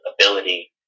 ability